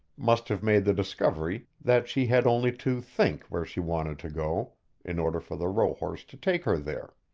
must have made the discovery that she had only to think where she wanted to go in order for the rohorse to take her there.